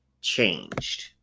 changed